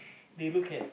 they look at